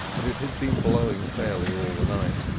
but it had been blowing fairly all the night,